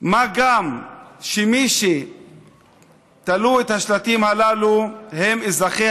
מה גם שמי שתלו את השלטים הללו הם אזרחי